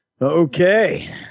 okay